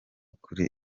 kuri